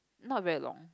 not very long